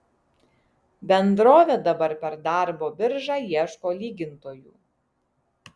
bendrovė dabar per darbo biržą ieško lygintojų